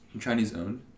Chinese-owned